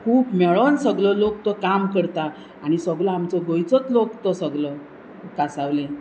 खूब मेळोन सगलो लोक तो काम करता आनी सगलो आमचो गोंयचोच लोक तो सगलो कासावले